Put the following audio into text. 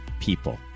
people